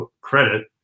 credit